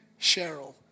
Cheryl